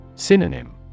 Synonym